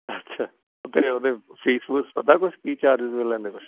ਅੱਛਾ ਫੇਰ ਉਹਦੇ ਫੀਸ ਫੂਸ ਪਤਾ ਕੁਛ ਕੀ ਚਾਰਜਸ ਲੈਂਦੇ ਕੁਛ